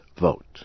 vote